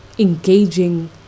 Engaging